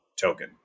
token